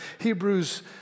Hebrews